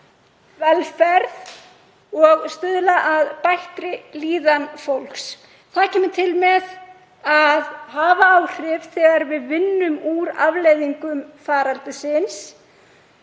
velferð og stuðla að bættri líðan fólks. Það kemur til með að hafa áhrif þegar við vinnum úr afleiðingum faraldursins.